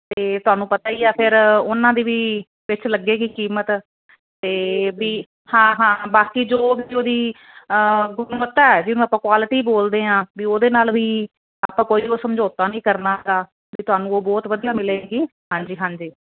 ਤੇ ਤੁਹਾਨੂੰ ਪਤਾ ਹੀ ਆ ਫਿਰ ਉਹਨਾਂ ਦੀ ਵੀ ਪਿੱਛ ਲੱਗੇ ਕਿ ਕੀਮਤ ਤੇ ਵੀ ਹਾਂ ਹਾਂ ਬਾਕੀ ਜੋ ਉਹਦੀ ਆਪਾਂ ਗੁਣਵੱਤਾ ਜਿਹਨੂੰ ਆਪਾਂ ਕੁਆਲਿਟੀ ਬੋਲਦੇ ਆਂ ਵੀ ਉਹਦੇ ਨਾਲ ਵੀ ਆਪਾਂ ਕੋਈ ਉਹ ਸਮਝੌਤਾ ਨਹੀਂ ਕਰਨਾ ਹੈਗਾ ਵੀ ਤੁਹਾਨੂੰ ਉਹ ਬਹੁਤ ਵਧੀਆ ਮਿਲੇਗੀ ਹਾਂਜੀ ਹਾਂਜੀ